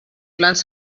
plans